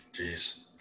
Jeez